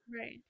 Right